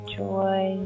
joy